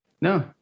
no